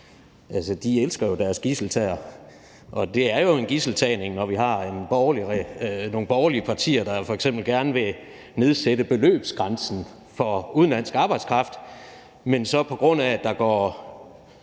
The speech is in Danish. Altså, de elsker jo deres gidseltagere, og der er jo tale om gidseltagning, når vi har at gøre med nogle borgerlige partier, der f.eks. gerne vil nedsætte beløbsgrænsen for udenlandsk arbejdskraft, men som så, fordi der går